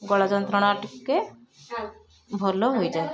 ଗଳା ଯନ୍ତ୍ରଣା ଟିକେ ଭଲ ହୋଇଯାଏ